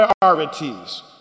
priorities